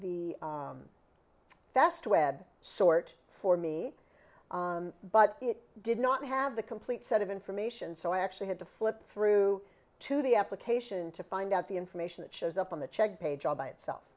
wed sort for me but it did not have the complete set of information so i actually had to flip through to the application to find out the information that shows up on the check page all by itself